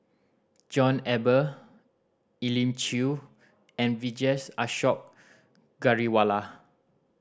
John Eber Elim Chew and Vijesh Ashok Ghariwala